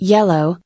Yellow